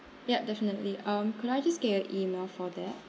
yup definitely um could I just get your email for that